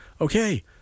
okay